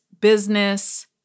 business